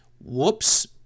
Whoops